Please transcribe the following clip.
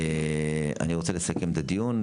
אני רוצה לסכם את הדיון.